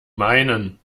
meinen